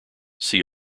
see